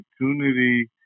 opportunity